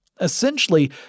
Essentially